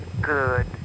good